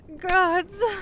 gods